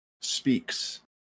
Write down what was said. speaks